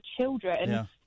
children